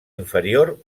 inferior